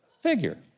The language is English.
figure